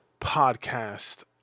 podcast